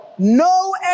no